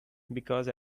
because